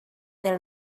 their